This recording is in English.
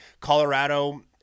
Colorado